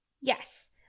Yes